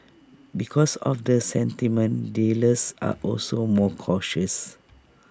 because of the sentiment dealers are also more cautious